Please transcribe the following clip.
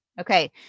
Okay